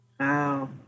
Wow